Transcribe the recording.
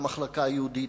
המחלקה היהודית,